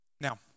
Now